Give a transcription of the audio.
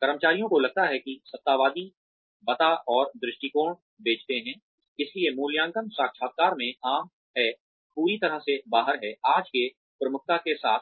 कर्मचारियों को लगता है कि सत्तावादी बता और दृष्टिकोण बेचते हैं इसलिए मूल्यांकन साक्षात्कार में आम है पूरी तरह से बाहर है आज के प्रमुखता के साथ